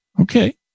Okay